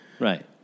Right